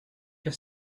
your